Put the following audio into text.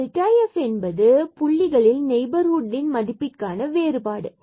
delta f என்பது புள்ளிகளில் நெய்பர்ஹுட்டில் மதிப்பிற்கான வேறுபாடாகும்